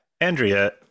Andrea